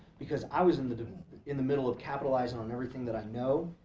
because i was in the in the middle of capitalizing on everything that i know,